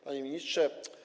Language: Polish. Panie Ministrze!